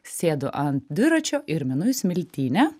sėdu ant dviračio ir minu į smiltynę